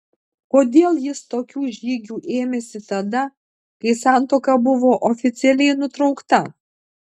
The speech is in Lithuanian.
kodėl jis tokių žygių ėmėsi tada kai santuoka buvo oficialiai nutraukta